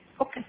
Okay